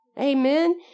Amen